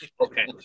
Okay